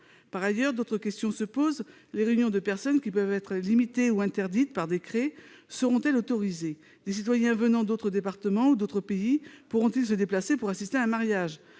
prestataire ? D'autres questions se posent : les réunions de personnes qui peuvent être limitées ou interdites par décret seront-elles autorisées ? Les citoyens venant d'autres départements ou d'autres pays pourront-ils se déplacer pour assister à un mariage ?